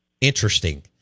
interesting